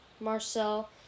Marcel